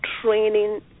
training